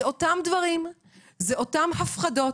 אלה אותן הפחדות,